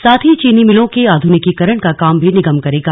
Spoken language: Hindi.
साथ ही चीनी मिलों के आधुनिकरण का काम भी निगम करेगा